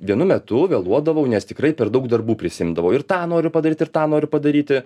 vienu metu vėluodavau nes tikrai per daug darbų prisiimdavau ir tą noriu padaryt ir tą noriu padaryti